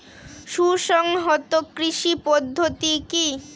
সুসংহত কৃষি পদ্ধতি কি?